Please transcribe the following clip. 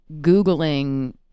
Googling